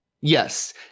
Yes